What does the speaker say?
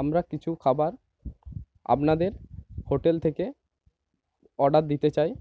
আমরা কিছু খাবার আপনাদের হোটেল থেকে অর্ডার দিতে চাই